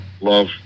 Love